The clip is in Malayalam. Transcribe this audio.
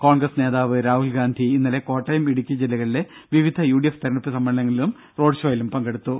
കോൺഗ്രസ് നേതാവ് രാഹുൽ ഗാന്ധി ഇന്നലെ കോട്ടയം ഇടുക്കി ജില്ലകളിലെ വിവിധ യുഡിഎഫ് തെരഞ്ഞെടുപ്പ് സമ്മേളനങ്ങളിലും റോഡ് ഷോയിലും പങ്കെടുത്തു